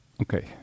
Okay